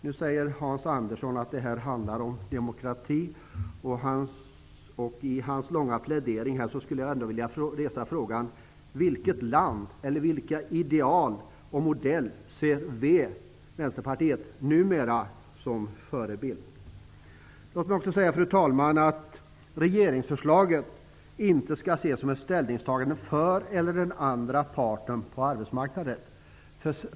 Nu säger Hans Andersson att det här handlar om demokrati, och i anknytning till hans långa plädering vill jag fråga vilket eller vilka ideal och vilka modeller Vänsterpartiet numera ser som förebilder. Fru talman! Låt mig också få säga att regeringsförslaget inte skall ses som ett ställningstagande för eller emot en eller annan part på arbetsmarknaden.